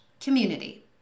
community